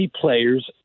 players